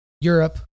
Europe